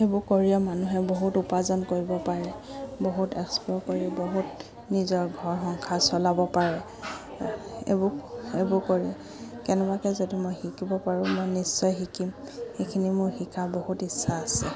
সেইবোৰ কৰিয়ে মানুহে বহুত উপাৰ্জন কৰিব পাৰে বহুত এক্সপ্ল'ৰ কৰি বহুত নিজৰ ঘৰ সংসাৰ চলাব পাৰে এইবো এইবোৰ কৰি কেনেবাকৈ যদি মই শিকিব পাৰোঁ মই নিশ্চয় শিকিম সেইখিনি মোৰ শিকাৰ বহুত ইচ্ছা আছে